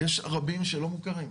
יש רבים שלא מוכרים.